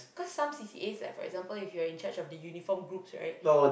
cause some C C As like for example you are in charge of the uniform groups right